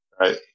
right